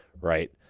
right